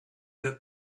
that